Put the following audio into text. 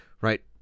Right